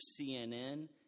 CNN